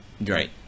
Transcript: Right